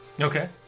Okay